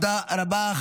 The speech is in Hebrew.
תודה רבה.